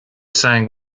sang